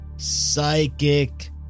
psychic